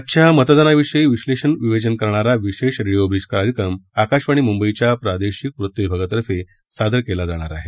आजच्या मतदानाविषयी विश्लेषण विवेचन करणारा विशेष रेडिओ ब्रीज कार्यक्रम आकाशवाणी मुंबईच्या प्रादेशिक वृत्तविभागातर्फे सादर करण्यात येणार आहे